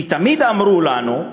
כי תמיד אמרו לנו,